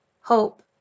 hope